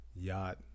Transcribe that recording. yacht